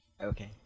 Okay